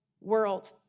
world